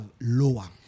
lower